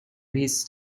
his